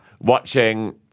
watching